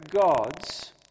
God's